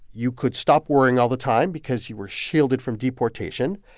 you could stop worrying all the time because you were shielded from deportation.